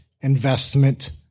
Investment